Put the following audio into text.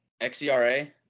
XERA